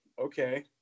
okay